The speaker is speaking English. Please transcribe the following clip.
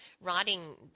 writing